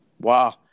wow